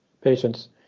patients